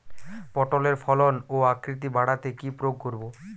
পটলের ফলন ও আকৃতি বাড়াতে কি প্রয়োগ করব?